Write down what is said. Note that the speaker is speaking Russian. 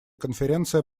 конференция